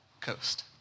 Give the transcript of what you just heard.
coast